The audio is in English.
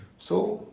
so